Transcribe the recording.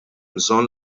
bżonn